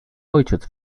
ojciec